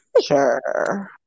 Sure